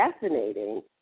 fascinating